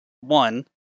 one